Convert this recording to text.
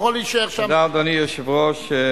תודה, אדוני היושב-ראש.